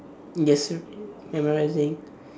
yes memorising